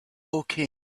woking